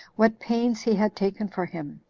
what pains he had taken for him,